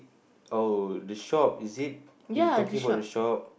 oh the shop is it you talking about the shop